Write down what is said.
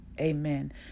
Amen